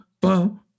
boom